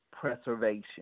preservation